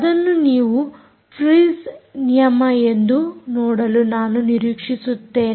ಅದನ್ನು ನೀವು ಫ್ರೀಸ್ಸ್ ನಿಯಮ ಎಂದು ನೋಡಲು ನಾನು ನಿರೀಕ್ಷಿಸುತ್ತೇನೆ